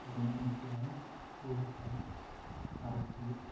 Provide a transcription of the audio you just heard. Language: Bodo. जेरै इनसुरेन्स पलुसन आरसि